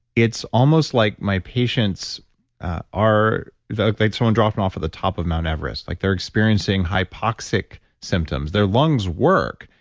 it's almost like my patients are, like someone dropped them off at the top of mount everest. like they're experiencing hypoxic symptoms. their lungs work,